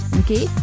okay